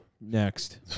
Next